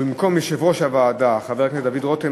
ובמקום יושב-ראש הוועדה חבר הכנסת דוד רותם,